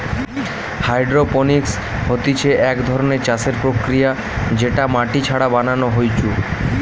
hydroponics হতিছে এক ধরণের চাষের প্রক্রিয়া যেটা মাটি ছাড়া বানানো হয়ঢু